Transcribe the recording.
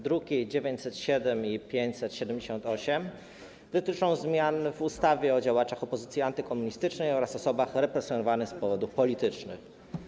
Druki nr 907 i 578 dotyczą zmian w ustawie o działaczach opozycji antykomunistycznej oraz osobach represjonowanych z powodów politycznych.